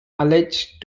alleged